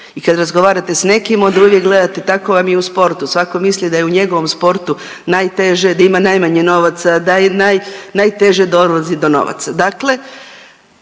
i kad razgovarate s nekim onda uvijek gledate, tako vam je i u sportu svako misli da je i u njegovom sportu najteže, da ima najmanje novaca, da najteže dolazi do novaca.